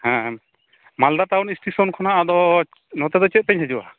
ᱦᱮᱸ Malda town station ᱠᱷᱚᱱᱟᱜ ᱟᱫᱚ ᱱᱚᱛᱮ ᱫᱚ ᱪᱮᱫ ᱛᱮᱧ ᱦᱤᱡᱩᱜᱼᱟ